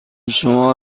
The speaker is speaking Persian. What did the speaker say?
شما